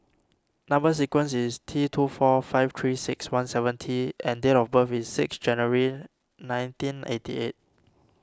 Number Sequence is T two four five three six one seven T and date of birth is six January nineteen eighty eight